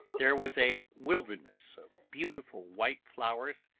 there was a wilderness of beautiful white flowers,